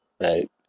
right